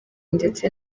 ndetse